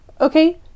okay